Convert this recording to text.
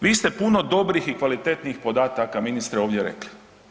Vi ste puno dobrih i kvalitetnih podataka ministre ovdje rekli.